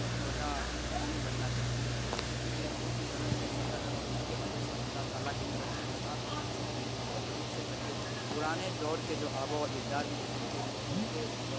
اور پردہ نشین بننا چاہیے کیونکہ یہ بہت ہی غلط طریقہ ہے اور ان کے وجہ سے اللہ تعالیٰ کی طرف سے عذاب بھی آ سکتی ہے تو ان سے بچیں پرانے دور کے جو آباء و اجداد تھے ان کے ان کے